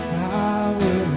power